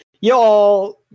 Y'all